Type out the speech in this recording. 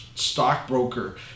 stockbroker